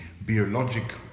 biologic